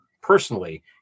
personally